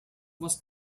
most